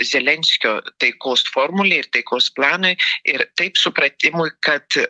zelenskio taikos formulei ir taikos planui ir taip supratimui kad